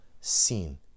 seen